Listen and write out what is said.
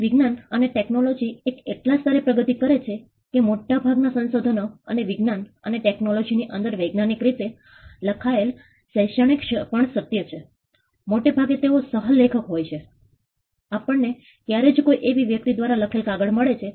આજે વિજ્ઞાન અને ટેક્નોલોજી એ એટલા સ્તરે પ્રગતિ કરી છે કે મોટા ભાગ ના સંશોધનો અને વિજ્ઞાન અને ટેક્નોલોજી ની અંદર વૈજ્ઞાનિક રીતે લખાયેલ શૈક્ષણિક પણ સત્ય છે મૉટે ભાગે તેઓ સહલેખક હોય છે આપણેને ક્યારેક જ કોઈ એક વ્યક્તિ દ્વારા લખેલ કાગળો મળે છે